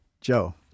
Joe